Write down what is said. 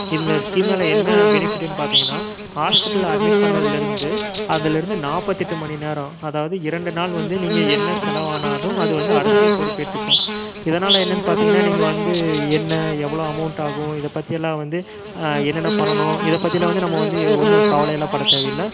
இந்த ஸ்கீம்னால் என்ன பெனிஃபிட்டுனு பார்த்தீங்கன்னா ஹாஸ்ப்பிட்டலில் அட்மிட் பண்ணதுலேருந்து அதில் இருந்து நாற்பத்தெட்டு மணி நேரம் அதாவது இரண்டு நாள் வந்து நீங்கள் என்ன செலவானாலும் அது வந்து அரசே பொறுப்பேற்றுக்கும் இதனால் என்னெனன் பார்த்தீங்கன்னா நீங்கள் வந்து என்ன எவ்வளோ அமௌண்ட் ஆகும் இத பற்றியலாம் வந்து என்னென்ன பண்ணனும் இத பற்றியலாம் வந்து நம்ம வந்து ஒன்றும் கவலையெல்லாம் பட தேவையில்லை